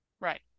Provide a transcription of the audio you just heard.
Right